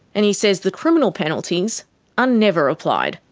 and he says the criminal penalties are never applied.